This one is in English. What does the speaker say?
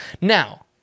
Now